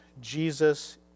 Jesus